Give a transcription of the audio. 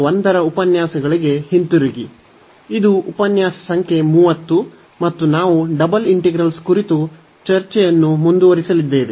ಇದು ಉಪನ್ಯಾಸ ಸಂಖ್ಯೆ 30 ಮತ್ತು ನಾವು ಡಬಲ್ ಇಂಟಿಗ್ರಲ್ಸ್ ಕುರಿತು ಚರ್ಚೆಯನ್ನು ಮುಂದುವರಿಸಲಿದ್ದೇವೆ